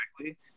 correctly